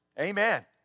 Amen